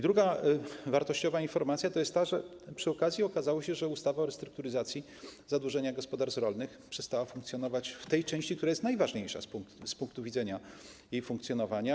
Druga wartościowa informacja to jest ta, że przy okazji okazało się, że ustawa o restrukturyzacji zadłużenia gospodarstw rolnych przestała funkcjonować w tej części, która jest najważniejsza z punktu widzenia jej funkcjonowania.